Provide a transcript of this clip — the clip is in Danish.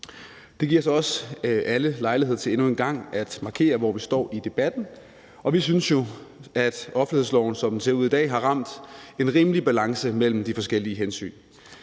Det giver os alle lejlighed til endnu en gang at markere, hvor vi står i debatten, og vi synes jo, at offentlighedsloven, som den ser ud i dag, har ramt en rimelig balance mellem de forskellige hensyn.